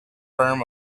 firm